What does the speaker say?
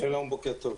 שלום, בוקר טוב.